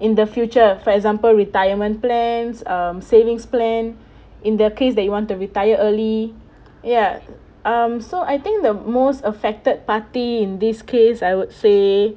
in the future for example retirement plans um savings plan in the case that you want to retire early yeah um so I think the most affected party in this case I would say